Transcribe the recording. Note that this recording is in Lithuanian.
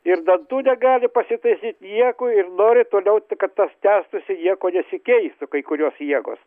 ir dantų negali pasitaisyt nieko ir nori toliau tik kad tas tęstųsi nieko nesikeistų kai kurios jėgos